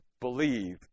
believe